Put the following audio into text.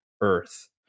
Earth